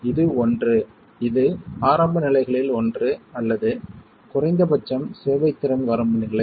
இது ஒன்று இது ஆரம்ப நிலைகளில் ஒன்று அல்லது குறைந்தபட்சம் சேவைத்திறன் வரம்பு நிலை